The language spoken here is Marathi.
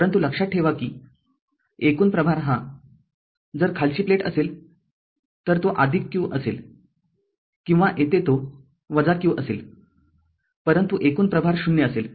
परंतु लक्षात ठेवा की एकूण प्रभार हा जर खालची प्लेट असेल तर तो q असेल किंवा येथे तो q असेल परंतु एकूण प्रभार ० असेल